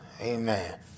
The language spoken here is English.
Amen